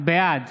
בעד